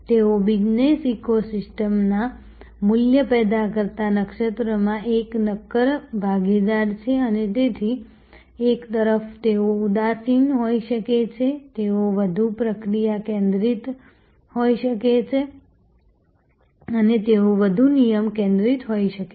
તેઓ business eco સિસ્ટમના મૂલ્ય પેદા કરતા નક્ષત્રમાં એક નક્કર ભાગીદાર છે અને તેથી એક તરફ તેઓ ઉદાસીન હોઈ શકે છે તેઓ વધુ પ્રક્રિયા કેન્દ્રિત હોઈ શકે છે અને તેઓ વધુ નિયમ કેન્દ્રિત થઈ શકે છે